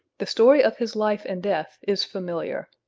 the story of his life and death is familiar.